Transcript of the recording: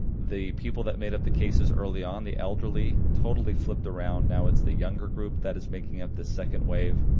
the people that made up the cases early on, the elderly, totally flipped around. now it's the younger group that is making up the second wave.